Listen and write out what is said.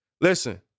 Listen